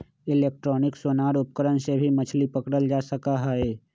electronic sonar उपकरण से भी मछली पकड़ल जा सका हई